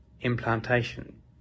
implantation